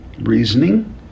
reasoning